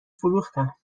فروختم